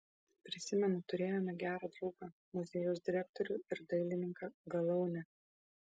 prisimenu turėjome gerą draugą muziejaus direktorių ir dailininką galaunę